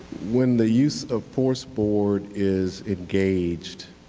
when the use of force board is engaged